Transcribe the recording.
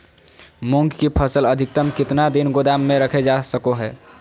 मूंग की फसल अधिकतम कितना दिन गोदाम में रखे जा सको हय?